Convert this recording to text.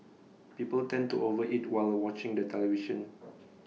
people tend to over eat while watching the television